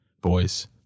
boys